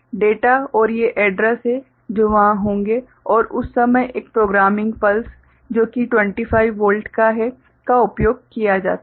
data और ये address हैं जो वहां होंगे और उस समय एक प्रोग्रामिंग पल्स जो कि 25 वोल्ट का होता है का उपयोग किया जाता है